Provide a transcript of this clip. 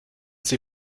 sie